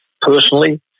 personally